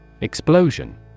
Explosion